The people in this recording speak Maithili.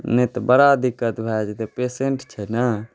नहि तऽ बड़ा दिक्क्त भए जेतै पेशेंट छै ने